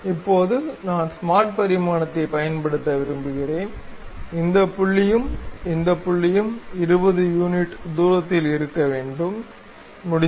இப்போது நான் ஸ்மார்ட் பரிமாணத்தைப் பயன்படுத்த விரும்புகிறேன் இந்த புள்ளியும் இந்த புள்ளியும் 20 யூனிட் தூரத்தில் இருக்க வேண்டும் முடிந்தது